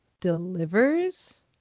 delivers